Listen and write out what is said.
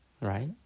Right